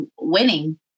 winning